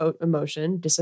emotion